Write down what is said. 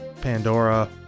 Pandora